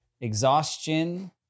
exhaustion